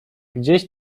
gdzieś